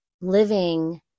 living